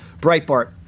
Breitbart